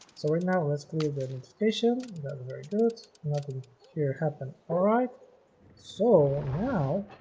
so we're now let's go verification very good nothing here happen alright so now